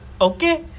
okay